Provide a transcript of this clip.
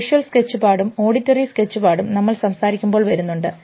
visual സ്കെച്ച്പാടും auditory സ്കെച്ച്പാടും നമ്മൾ സംസാരിക്കുമ്പോൾ വരുന്നുണ്ട്